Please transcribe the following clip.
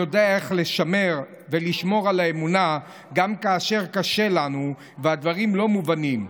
יודע איך לשמר ולשמור על האמונה גם כאשר קשה לנו והדברים לא מובנים.